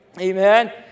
Amen